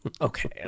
okay